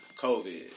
COVID